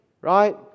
right